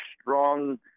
strong